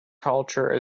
culture